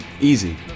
Easy